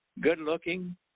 Good-looking